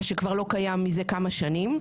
מה שלא קיים מזה כמה שנים,